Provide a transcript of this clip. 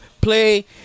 play